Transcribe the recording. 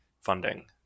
funding